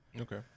Okay